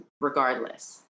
Regardless